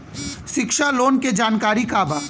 शिक्षा लोन के जानकारी का बा?